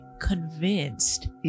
convinced